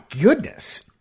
goodness